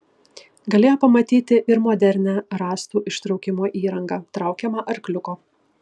galėjo pamatyti ir modernią rąstų ištraukimo įrangą traukiamą arkliuko